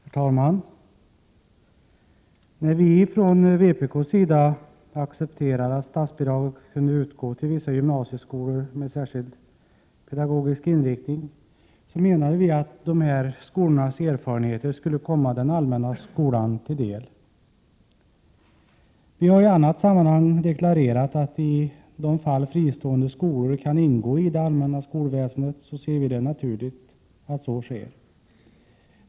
Herr talman! När vi från vpk:s sida accepterade att statsbidrag kunde utgå till vissa gymnasieskolor med särskild pedagogisk inriktning, menade vi att dessa skolors erfarenheter skulle komma den allmänna skolan till del. Vi har i annat sammanhang deklarerat att vi i de fall fristående skolor kan ingå i det allmänna skolväsendet anser det vara naturligt att så sker.